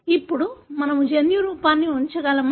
ఇప్పుడు మేము జన్యురూపాన్ని ఉంచగలమా